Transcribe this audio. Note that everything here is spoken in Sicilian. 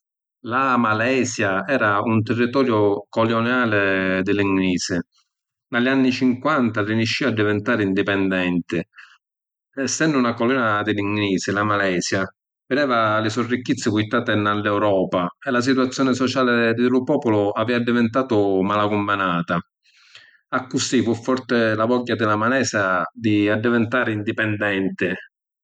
La Malesia era un tirritoriu coloniali di li ‘nglisi. Nta li anni cinquanta arrinisciu a divintari indipendenti. Essennu na colonia di li ‘nglisi, la Malesia videva li so’ ricchizzi purtati nna l’Europa e la situazioni sociali di lu populu havìa addivintatu malicumminata. Accussì fu forti la vogghia di la Malesia di addivintari indipendenti.